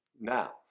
Now